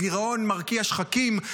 הגירעון מרקיע שחקים,